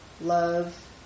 love